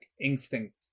instinct